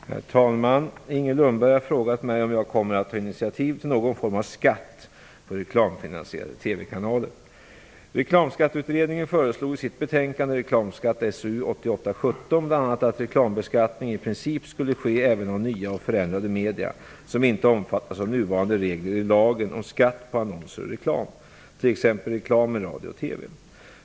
Herr talman! Inger Lundberg har frågat mig om jag kommer att ta initiativ till någon form av skatt på reklamfinansierade TV-kanaler. Reklamskatteutredningen föreslog i sitt betänkande Reklamskatt SOU 1988:17 bl.a. att reklambeskattning i princip skulle ske även av nya och förändrade medier som inte omfattas av nuvarande regler i lagen om skatt på annonser och reklam, t.ex. reklam i radio och TV.